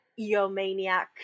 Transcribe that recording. eomaniac